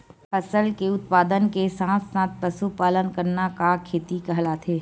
फसल के उत्पादन के साथ साथ पशुपालन करना का खेती कहलाथे?